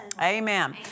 Amen